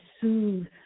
soothe